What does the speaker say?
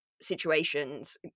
situations